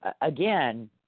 again